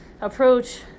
approach